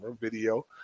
video